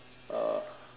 uh